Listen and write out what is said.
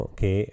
che